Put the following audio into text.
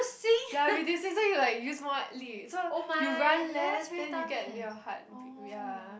ya reducing so you like you use more lead so you run less then you get your heart bea~ ya